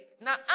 Now